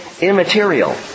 immaterial